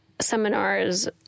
seminars